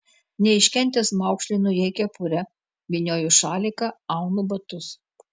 neiškentęs maukšlinu jai kepurę vynioju šaliką aunu batus